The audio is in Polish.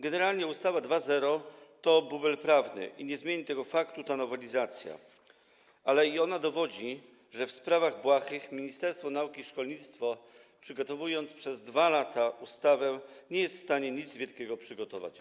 Generalnie ustawa 2.0 to bubel prawny i nie zmieni tego faktu ta nowelizacja, ale i ona dowodzi, że w sprawach błahych Ministerstwo Nauki i Szkolnictwa Wyższego, przygotowując przez 2 lata ustawę, nie jest w stanie nic wielkiego przygotować.